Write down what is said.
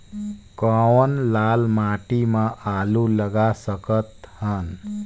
कौन लाल माटी म आलू लगा सकत हन?